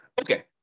Okay